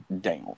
down